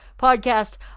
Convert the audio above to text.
podcast